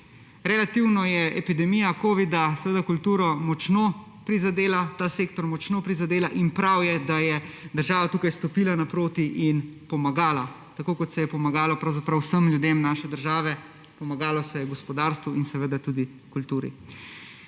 Relativno je epidemija covida seveda kulturo močno prizadela, ta sektor je močno prizadela in prav je, da je država tukaj stopila naproti in pomagala, tako kot se je pomagalo pravzaprav vsem ljudem naše države, pomagalo se je gospodarstvu in seveda tudi kulturi.